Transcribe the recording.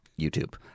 YouTube